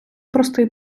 простий